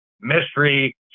mystery